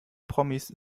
promis